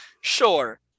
Sure